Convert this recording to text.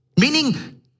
meaning